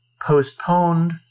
postponed